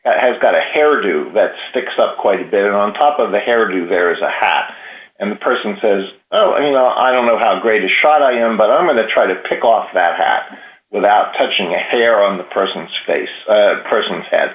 of has got a hairdo that sticks up quite a bit on top of the hairdo there is a hat and the person says oh i don't know i don't know how great a shot i am but i'm going to try to pick off that hat without touching a hair on the person's face a person's ha